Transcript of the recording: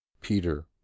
Peter